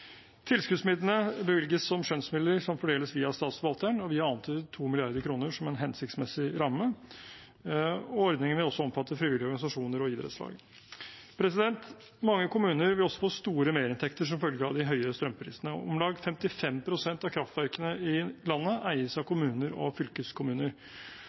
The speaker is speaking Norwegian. Tilskuddsmidlene bevilges som skjønnsmidler som fordeles via statsforvalteren, og vi har antydet 2 mrd. kr som en hensiktsmessig ramme. Ordningen vil også omfatte frivillige organisasjoner og idrettslag. Mange kommuner vil også få store merinntekter som følge av de høye strømprisene. Om lag 55 pst. av kraftverkene i landet eies av